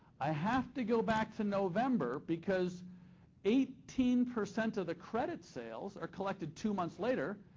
i have to go back to november because eighteen percent of the credit sales are collected two months later,